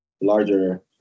larger